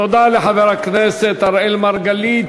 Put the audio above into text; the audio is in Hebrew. תודה לחבר הכנסת אראל מרגלית.